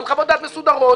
על חוות דעת מסודרות,